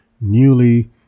newly